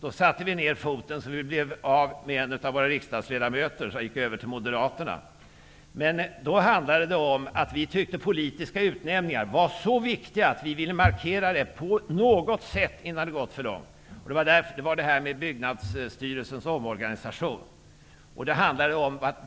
Då satte vi ned foten så att vi blev av med en av våra riksdagsledamöter som gick över till Moderaterna. Men då handlade det om att vi tyckte att politiska utnämningar var så viktiga att vi ville markera detta innan det gick för långt. Det rörde sig om Byggnadsstyrelsens omorganisation.